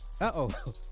Uh-oh